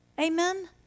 Amen